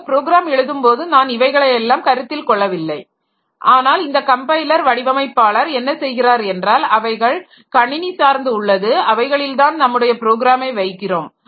ஆக ப்ரோக்ராம் எழுதும்போது நான் இவைகள் எல்லாம் கருத்தில் கொள்ளவில்லை ஆனால் இந்த கம்பைலர் வடிவமைப்பாளர் என்ன செய்கிறார் என்றால் அவைகள் கணினி சார்ந்து உள்ளது அவைகளில் தான் நம்முடைய ப்ரோக்ராமை வைக்கிறோம்